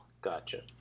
Gotcha